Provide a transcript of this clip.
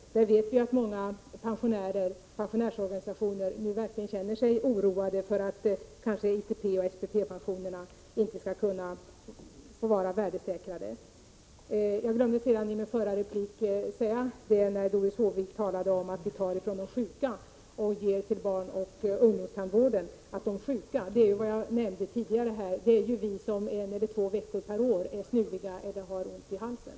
Där vet vi att många pensionärer och pensionärsorganisationer nu känner sig oroade för att ITP och SPP pensionerna kanske inte får fortsätta att vara värdesäkrade. Doris Håvik talade om att vi tar från de sjuka och ger till barnoch ungdomstandvården. Jag glömde i min förra replik att säga att de sjuka är vi som en eller två veckor per år är snuviga eller har ont i halsen.